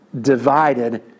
divided